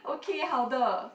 okay 好的